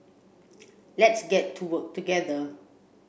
let's get to work together